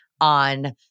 on